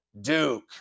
Duke